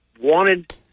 wanted